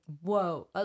whoa